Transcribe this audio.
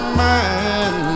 man